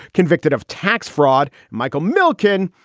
convicted of tax fraud, michael milken.